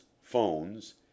phones